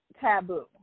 taboo